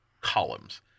columns